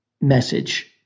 message